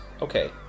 Okay